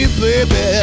baby